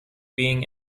being